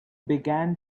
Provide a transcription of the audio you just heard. began